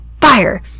fire